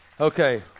okay